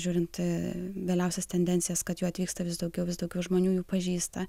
žiūrint vėliausias tendencijas kad jų atvyksta vis daugiau vis daugiau žmonių jų pažįsta